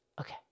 Okay